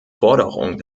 forderung